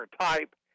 type